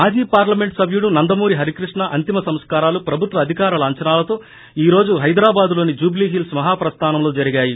మాజీ పార్లమెంట్ సభ్యుడు నందమూరి హరికృష్ణ అంతిమ సంస్కారాలు ప్రభుత్వ అధికార లాంఛనాలతో ఈ రోజు హైదరాబాదులోని జుచ్లీ హిల్స్ మహాప్రస్టానంలో జరిగాయి